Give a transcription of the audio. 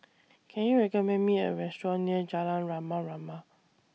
Can YOU recommend Me A Restaurant near Jalan Rama Rama